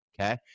Okay